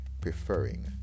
preferring